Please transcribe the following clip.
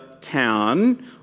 town